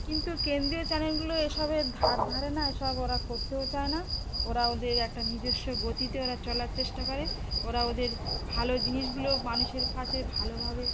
কিন্তু কেন্দ্রীয় চ্যানেলগুলো এসবের ধার ধারে না এসব ওরা করতেও চায় না ওরা ওদের একটা নিজস্ব গতিতে ওরা চলার চেষ্টা করে ওরা ওদের ভালো জিনিসগুলো মানুষের কাছে ভালোভাবে